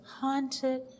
haunted